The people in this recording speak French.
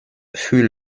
fut